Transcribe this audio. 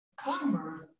commerce